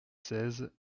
seize